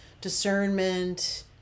discernment